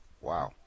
Wow